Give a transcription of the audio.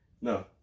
No